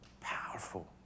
Powerful